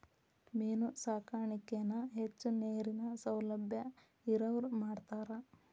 main ಸಾಕಾಣಿಕೆನ ಹೆಚ್ಚು ನೇರಿನ ಸೌಲಬ್ಯಾ ಇರವ್ರ ಮಾಡ್ತಾರ